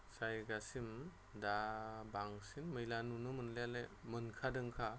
जायगासिम दा बांसिन मैला नुनोमोननायालाय मोनखादोंखा